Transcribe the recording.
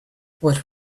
what